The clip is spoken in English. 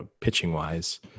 pitching-wise